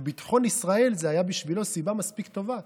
וביטחון ישראל זה היה בשבילו סיבה מספיק טובה.